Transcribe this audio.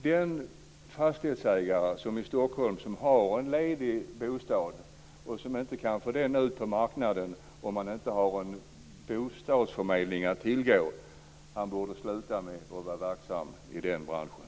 Den fastighetsägare i Stockholm som har en ledig bostad och inte kan få ut den på marknaden utan en bostadsförmedling borde sluta att vara verksam i den branschen.